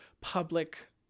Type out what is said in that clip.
public